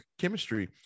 chemistry